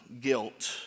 guilt